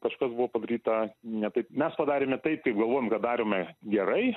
kažkas buvo padaryta ne taip mes padarėme taip galvojom kad darėme gerai